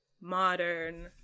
modern